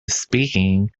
speaking